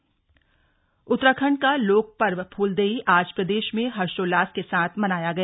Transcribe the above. फूलदेई पर्व उत्तराखंड का लोकपर्व फूलदेई आज प्रदेश में हर्षोल्लास के साथ मनाया गया